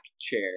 chair